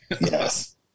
Yes